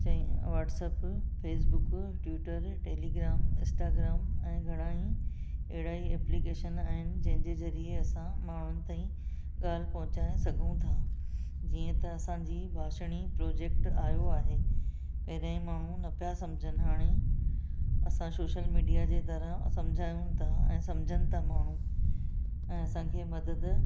चई WhatsApp Facebook Twitter Telegram Instagram ऐं घणेई अहिड़ा ई एपलिकेशन आहिनि जंहिंजे ज़रिए असां माण्हुनि ताईं ॻाल्हि पहुचाए सघूं था जीअं त असांजी भाषिणी प्रोजेक्ट आयो आहे पहिरें माण्हू न पिया समुझनि हाणे असां सोशल मिडिया जे तरह समुझायूं था ऐं समुझनि था माण्हू ऐं असांखे मदद